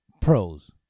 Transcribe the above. pros